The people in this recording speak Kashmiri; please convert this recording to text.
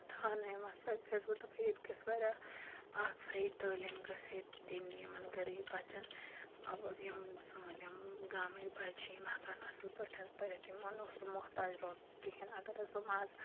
تھاونہٕ یِم وَسٲیِل بیٚیہِ ٲسٕس بہٕ دَپان ییٚتہِ گٔژھۍ واریاہ اکھ فِرٛی تٲلیٖم گٔژھ ییٚتہِ دِنۍ یِمَن غریٖب بَچَن اَو یِم سٲنۍ یِم گامٕکۍ بَچہٕ چھِ یِم ہٮ۪کَن اَصٕل پٲٹھۍ حظ پٔرِتھ یِمَن اوس نہٕ محتاج روزُن کِہیٖنۍ اگر حظ یِم آز